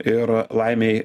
ir laimei